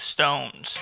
Stones